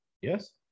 Yes